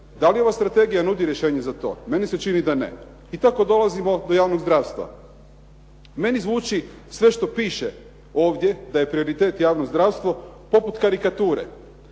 Da li ova strategija nudi rješenje za to? Meni se čini da ne. I tako dolazimo do javnog zdravstva. Meni zvuči sve što piše ovdje da je prioritet javno zdravstvo poput karikature.